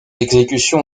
exécutions